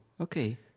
Okay